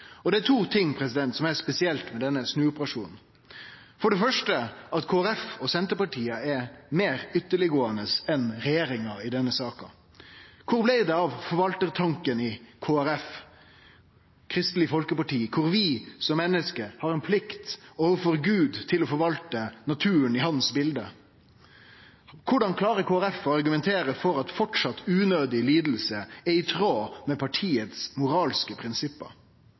Det er to ting som er spesielt med denne snuoperasjonen, for det første at Kristeleg Folkeparti og Senterpartiet er meir ytterleggåande enn regjeringa i denne saka. Kor blei det av forvaltartanken i Kristeleg Folkeparti, der vi som menneske har ei plikt overfor Gud til å forvalte naturen i hans bilete? Korleis klarer Kristeleg Folkeparti å argumentere for at stadig unødig liding er i tråd med partiets moralske prinsipp?